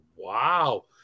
Wow